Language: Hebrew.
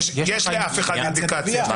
יש לאף אחד אינדיקציה.